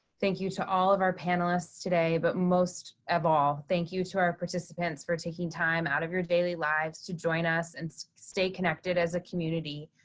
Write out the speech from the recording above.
thank you to all of our panelists today. but most of all, thank you to our participants for taking time out of your daily lives to join us and stay connected as a community.